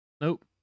Nope